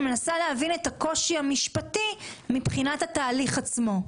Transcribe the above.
אני מנסה להבין את הקושי המשפטי מבחינת התהליך עצמו.